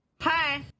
Hi